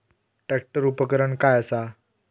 Tractor उपकरण काय असा?